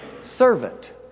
servant